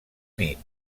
nit